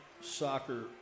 soccer